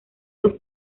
sus